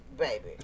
baby